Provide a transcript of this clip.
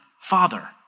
father